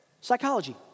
psychology